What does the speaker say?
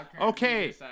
Okay